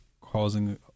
causing